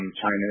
China